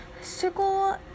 Circle